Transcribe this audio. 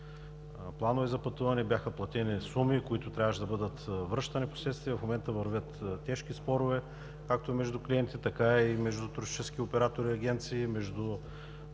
планове за пътуване, а бяха платени суми, които впоследствие трябваше да бъдат връщани. В момента вървят тежки спорове както между клиенти, така и между туристически оператори и агенции